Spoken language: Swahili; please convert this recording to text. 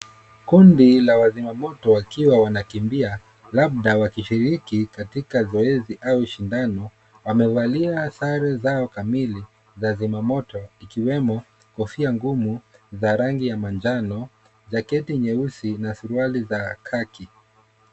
Kundi la wazima moto, wakiwa wanakimbia, labda wanashiriki katika zoezi au shindano. Wamevalia sare zao kamili za zima moto, ikiwemo kofia ngumu za rangi ya manjano, jaketi nyeusi, na suruali za khaki.